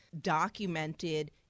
documented